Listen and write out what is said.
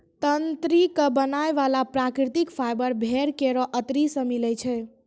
तंत्री क बनाय वाला प्राकृतिक फाइबर भेड़ केरो अतरी सें मिलै छै